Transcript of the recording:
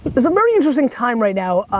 it's a very interesting time right now.